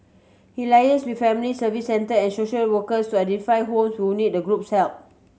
he liaises with Family Service Centre and social workers to identify homes need the group help